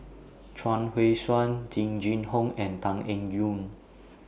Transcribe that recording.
Chuang Hui Tsuan Jing Jun Hong and Tan Eng Yoon